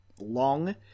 long